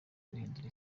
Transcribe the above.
guhindura